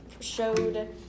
showed